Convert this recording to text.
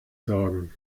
sorgen